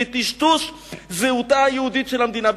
בטשטוש זהותה היהודית של המדינה,